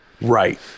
Right